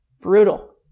brutal